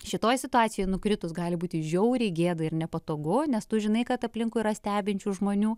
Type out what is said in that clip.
šitoj situacijoj nukritus gali būti žiauriai gėda ir nepatogu nes tu žinai kad aplinkui yra stebinčių žmonių